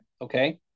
okay